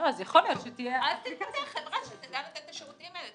--- אז תתפתח חברה שתדע לתת את השירותים האלה.